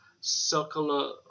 circular